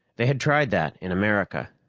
they had tried that in america,